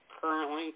currently